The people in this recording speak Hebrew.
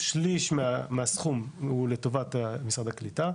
שליש מהסכום הוא לטובת משרד הקליטה,